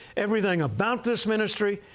everything about this ministry,